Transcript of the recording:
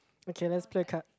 okay let's play card